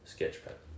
Sketchpad